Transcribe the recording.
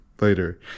later